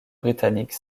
britannique